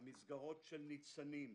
המסגרות של ניצנים,